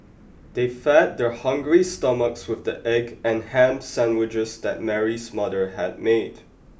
they fed their hungry stomachs with the egg and ham sandwiches that Mary's mother had made